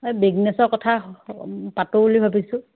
এই বিজনেছৰ কথা পাতোঁ বুলি ভাবিছোঁ